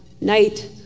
Night